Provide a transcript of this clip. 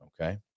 okay